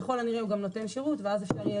ככל הנראה הוא גם נותן שירות ואז אפשר יהיה